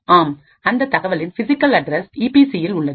ஆம் அந்த தகவலின் பிசிகல் அட்ரஸ் ஈபி சி இல் உள்ளது